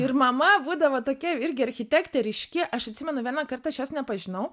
ir mama būdavo tokia irgi architektė ryški aš atsimenu vienąkart aš jos nepažinau